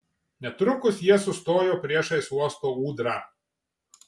netrukus jie sustojo priešais uosto ūdrą